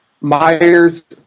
Myers